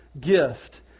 gift